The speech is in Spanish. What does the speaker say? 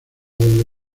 donde